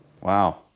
Wow